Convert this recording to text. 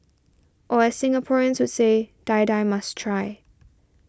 or as Singaporeans would say Die Die must try